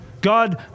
God